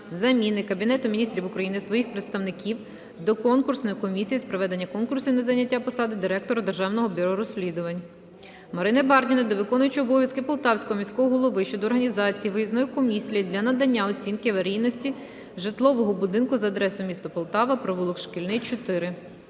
(заміни) Кабінетом Міністрів України своїх представників до Конкурсної комісії з проведення конкурсу на зайняття посади Директора Державного бюро розслідувань. Марини Бардіної до виконуючого обов'язки Полтавського міського голови щодо організації виїзної комісії для надання оцінки аварійності житлового будинку за адресою: місто Полтава, провулок Шкільний, 4.